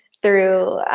through